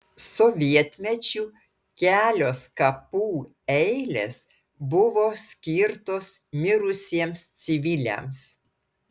sovietmečiu kelios kapų eilės buvo skirtos mirusiems civiliams